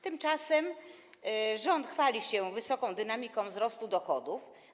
Tymczasem rząd chwali się wysoką dynamiką wzrostu dochodów.